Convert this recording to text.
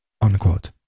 unquote